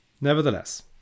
Nevertheless